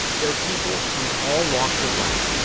there are people from all walks of life.